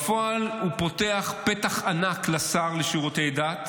בפועל הוא פותח פתח ענק לשר לשירותי דת